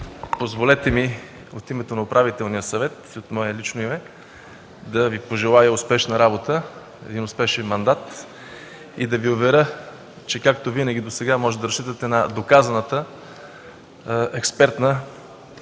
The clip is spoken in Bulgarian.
позволете ми от името на Управителния съвет и от мое лично име да Ви пожелая успешна работа, успешен мандат! Искам да Ви уверя, че както винаги досега можете да разчитате на доказаната експертна